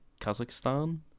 Kazakhstan